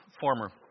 former